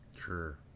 Sure